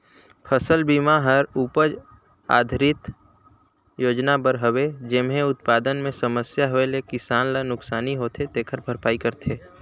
फसल बिमा हर उपज आधरित योजना बर हवे जेम्हे उत्पादन मे समस्या होए ले किसान ल नुकसानी होथे तेखर भरपाई करथे